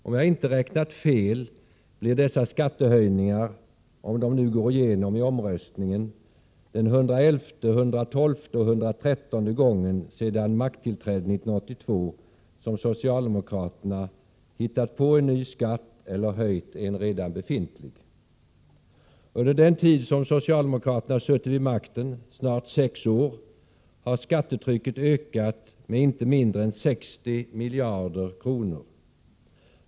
Om jag inte räknat fel blir dessa skattehöjningar, om de nu går igenom i omröstningen, den 111:e, 112:e och 113:e gången sedan makttillträdet 1982 som socialdemokraterna hittat på en ny skatt eller höjt en redan befintlig. Under den tid som socialdemokraterna suttit vid makten, snart sex år, har skattetrycket ökat med inte mindre än 60 miljarder kronor.